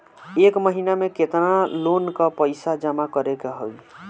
एक महिना मे केतना लोन क पईसा जमा करे क होइ?